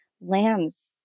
lambs